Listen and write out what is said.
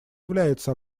является